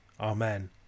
Amen